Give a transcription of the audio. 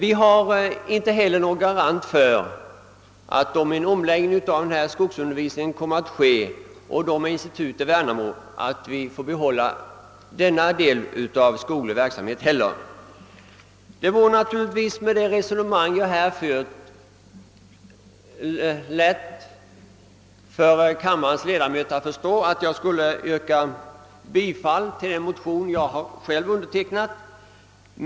Vi har inte heller någon garanti för att denna skogliga verksamhet får fortsätta, om det blir en omläggning av -:skogsundervisningen med ett institut i Värnamo. Kammarens ledamöter skulle säkerligen finna det naturligt om det resonemang jag fört ledde fram till att jag yrkade bifall till den motion jag undertecknat.